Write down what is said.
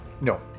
No